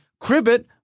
Cribbit